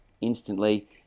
instantly